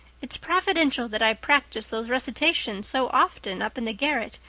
it's providential that i practiced those recitations so often up in the garret,